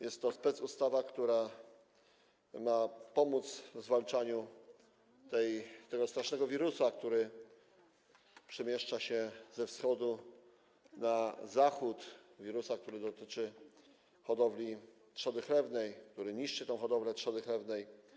Jest to specustawa, która ma pomóc w zwalczaniu tego strasznego wirusa, który przemieszcza się ze wschodu na zachód, wirusa, który dotyczy hodowli trzody chlewnej, który niszczy hodowlę trzody chlewnej.